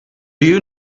you